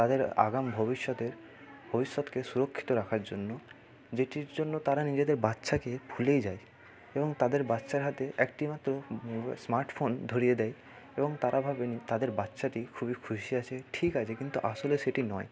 তাদের আগাম ভবিষ্যতে ভবিষ্যতকে সুরক্ষিত রাখার জন্য যেটির জন্য তারা নিজের বাচ্চাকে ভুলেই যায় এবং তাদের বাচ্চার হাতে একটি মাত্র স্মার্টফোন ধরিয়ে দেয় এবং তারা ভাবেন তাদের বাচ্ছাটি খুবই খুশি আছে ঠিক আছে কিন্তু আসলে সেটি নয়